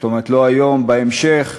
לא היום, בהמשך,